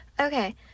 Okay